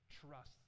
trust